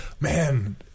Man